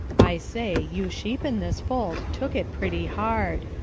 i say, you sheep in this fold took it pretty hard.